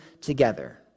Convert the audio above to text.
together